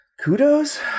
Kudos